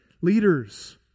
leaders